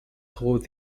toured